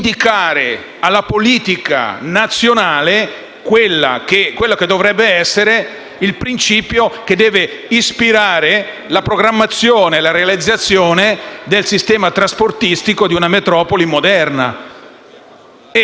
indicare alla politica nazionale il principio che deve ispirare la programmazione e la realizzazione del sistema trasportistico di una metropoli moderna.